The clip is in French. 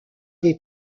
des